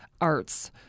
arts